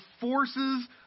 forces